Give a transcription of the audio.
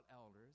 elders